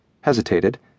hesitated